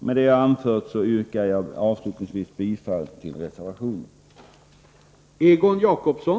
Med det jag anfört yrkar jag avslutningsvis bifall till reservationen.